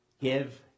give